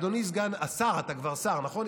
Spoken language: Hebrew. אדוני סגן, השר, אתה כבר שר, נכון?